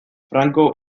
franco